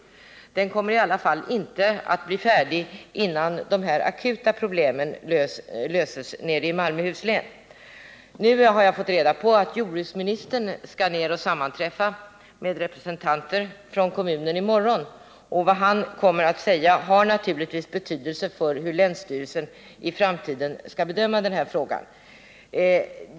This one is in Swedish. Utredningen kommer emellertid inte att bli färdig i så god tid att den kan bidra till en lösning av de akuta problemen i Malmöhus län. Jag har fått veta att jordbruksministern i morgon skall sammanträffa med representanter för kommunen. Vad han kommer att säga har naturligtvis betydelse för länsstyrelsens bedömning av den här frågan.